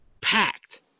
packed